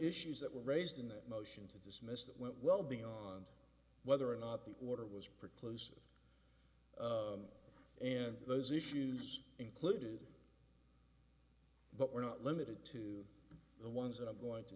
issues that were raised in the motion to dismiss that went well beyond whether or not the order was pretty close and those issues included but we're not limited to the ones that i'm going to